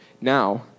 Now